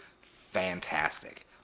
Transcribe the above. Fantastic